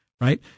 Right